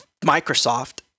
Microsoft